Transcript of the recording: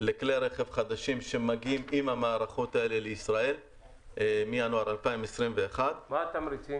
לכלי רכב חדשים שמגיעים עם המערכות האלה לישראל -- מה התמריצים?